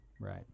Right